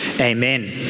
amen